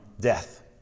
death